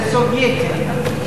זה סובייטי.